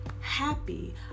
happy